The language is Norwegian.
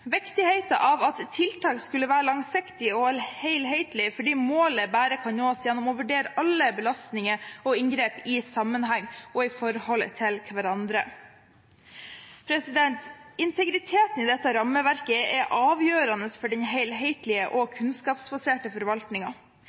av at tiltak skulle være langsiktige og helhetlige fordi målet bare kan nås gjennom å vurdere alle belastninger og inngrep i sammenheng og i forhold til hverandre. Integriteten i dette rammeverket er avgjørende for den helhetlige og